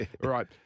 Right